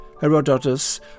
Herodotus